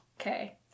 okay